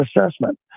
assessment